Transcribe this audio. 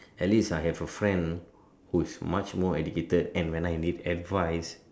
at least I have a friend who is much more educated and when I need advise